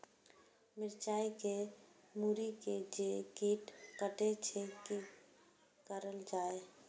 मिरचाय के मुरी के जे कीट कटे छे की करल जाय?